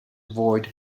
avoid